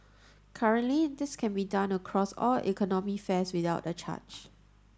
currently this can be done across all economy fares without a charge